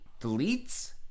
deletes